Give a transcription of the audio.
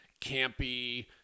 campy